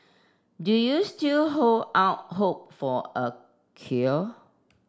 do you still hold out hope for a cure